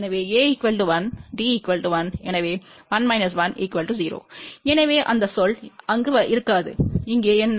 எனவே A 1 D 1 எனவே 1 1 0 எனவே அந்த சொல் அங்கு இருக்காது இங்கே என்ன